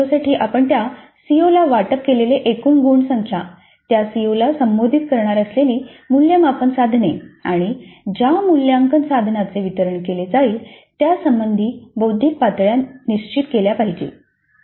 सर्व सीओंसाठी आपण त्या सीओला वाटप केलेली एकूण गुण संख्या त्या सीओला संबोधित करणार असलेली मूल्यमापन साधने आणि ज्या मूल्यमापन साधनांचे वितरण केले जाईल त्या संबंधित बौद्धिक पातळ्या निश्चित केल्या पाहिजेत